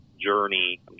journey